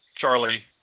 Charlie